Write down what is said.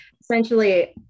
essentially